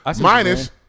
Minus-